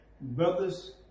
Brothers